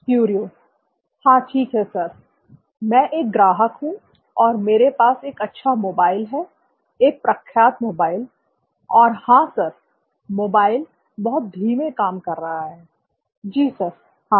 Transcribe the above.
क्युरिओ हां ठीक है सर मैं एक ग्राहक हूं और मेरे पास एक अच्छा मोबाइल है एक प्रख्यात मोबाइल और हां सर मोबाइल बहुत धीमे काम कर रहा है जी सर हां